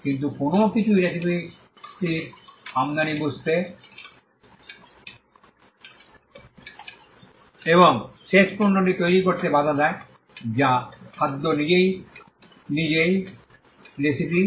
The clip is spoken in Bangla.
কিন্তু কোনও কিছুই রেসিপিটির আমদানি বুঝতে এবং শেষ পণ্যটি তৈরি করতে বাধা দেয় যা খাদ্য নিজেই নিজেই রেসিপি